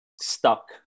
stuck